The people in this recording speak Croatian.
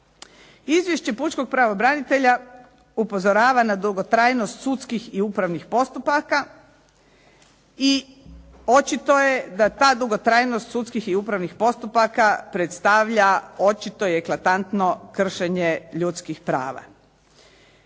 Izvješće pučkog pravobranitelja upozorava na dugotrajnost sudskih i upravnih postupaka i očito je da ta dugotrajnost sudskih i upravnih postupaka predstavlja očito eklatantno kršenje ljudskih prava.